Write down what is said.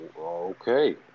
Okay